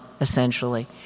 essentially